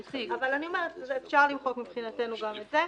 אבל אפשר למחוק מבחינתנו גם את זה,